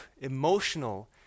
emotional